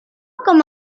como